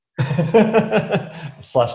slash